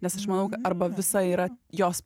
nes aš manau arba visa yra jos